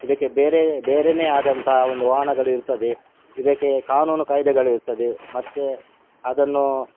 ಇದಕ್ಕೆ ಬೇರೆ ಬೇರೆಯೇ ಆದಂತಹ ಒಂದು ವಾಹನಗಳಿರ್ತದೆ ಇದಕ್ಕೆ ಕಾನೂನು ಕಾಯ್ದೆಗಳಿರ್ತದೆ ಮತ್ತು ಅದನ್ನು